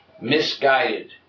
Misguided